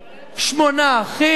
שמונה אחים,